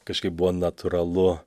kažkaip buvo natūralu